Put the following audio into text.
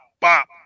Bop